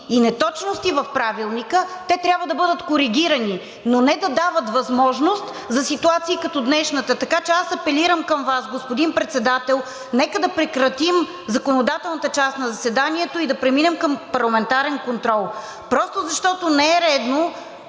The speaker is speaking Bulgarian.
и неточности в Правилника, те трябва да бъдат коригирани, но не да дават възможност за ситуации като днешната. Така че аз апелирам към Вас, господин Председател: нека да прекратим законодателната част на заседанието и да преминем към парламентарен контрол просто защото не е редно